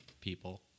people